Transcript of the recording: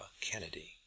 Kennedy